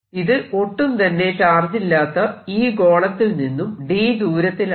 ഇത് ഒട്ടും തന്നെ ചാർജ് ഇല്ലാത്ത ഈ ഗോളത്തിൽ നിന്നും d ദൂരത്തിലാണ്